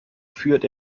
führt